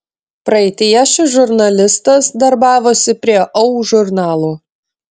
praeityje šis žurnalistas darbavosi ir prie au žurnalo